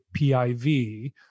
PIV